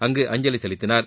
அங்கு அஞ்சலி செலுத்தினார்